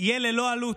יהיה ללא עלות,